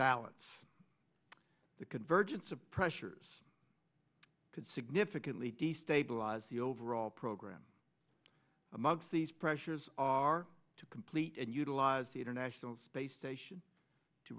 balance the convergence of pressures could significantly destabilize the overall program a mug's these pressures are to complete and utilize the international space station to